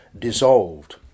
dissolved